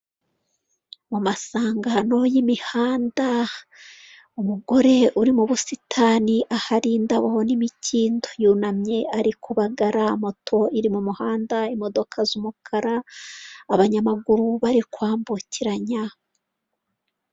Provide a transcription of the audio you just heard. Mu masangano y'imihanda, umugore uri mu busitani ahari indabo n'imikindo, yunamye ari kubagara, moto iri mumuhanda imodoka z'umukara, abanyamaguru bari kwambukiranya.